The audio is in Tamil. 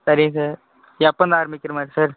சரி சார் எப்போ இருந்து ஆரமிக்கிறமாதிரி சார்